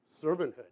Servanthood